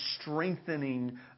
strengthening